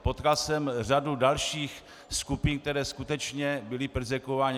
Potkal jsem řadu dalších skupin, které skutečně byly perzekvovány.